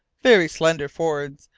very slender for'ards.